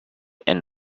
and